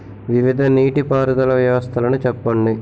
వివిధ నీటి పారుదల వ్యవస్థలను చెప్పండి?